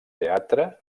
teatre